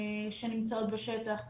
שנמצאות בשטח.